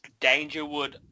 Dangerwood